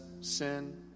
sin